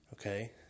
Okay